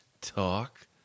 talk